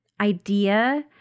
idea